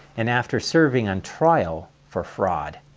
and after serving on trial for fraud.